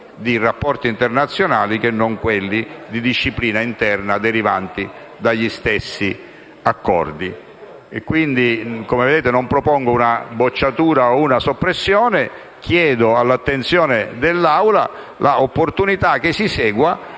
dei rapporti internazionali che non quelli di disciplina interna derivanti dagli stessi accordi. Io non propongo una bocciatura o una soppressione, ma pongo all'attenzione dell'Assemblea l'opportunità che si segua